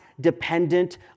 dependent